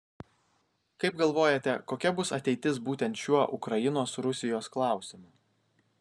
kaip galvojate kokia bus ateitis būtent šiuo ukrainos rusijos klausimu